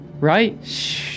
right